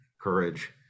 courage